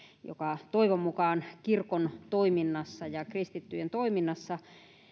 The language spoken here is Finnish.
joka toivon mukaan kirkon toiminnassa ja kristittyjen toiminnassa